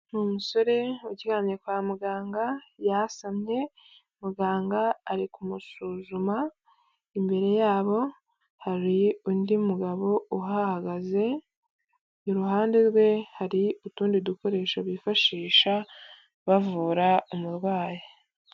Ni umusore uryamye kwa muganga yasabye muganga ari kumusuzuma, imbere yabo hari undi mugabo uhahagaze, iruhande rwe hari utundi dukoresho bifashisha bavura umurwayi.